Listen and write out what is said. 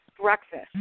breakfast